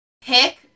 pick